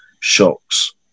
shocks